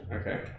Okay